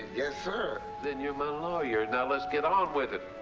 yes, sir. then you're my lawyer. now let's get on with it.